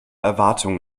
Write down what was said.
erwartungen